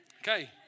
Okay